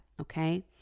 okay